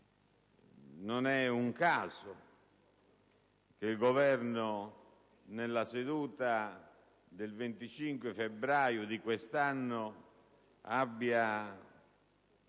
non è un caso che il Governo nella seduta del 25 febbraio di quest'anno, in